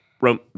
Rome